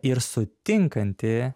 ir sutinkanti